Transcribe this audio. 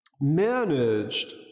managed